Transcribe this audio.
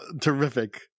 Terrific